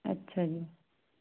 ਅੱਛਾ ਜੀ